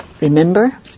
Remember